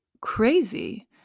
crazy